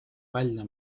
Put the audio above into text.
välja